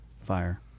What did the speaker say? fire